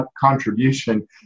contribution